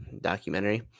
documentary